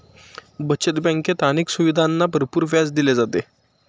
बचत बँकेत अनेक सुविधांना भरपूर व्याज दिले जाते